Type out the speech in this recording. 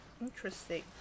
interesting